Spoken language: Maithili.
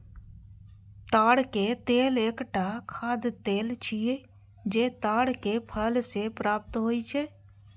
ताड़क तेल एकटा खाद्य तेल छियै, जे ताड़क फल सं प्राप्त होइ छै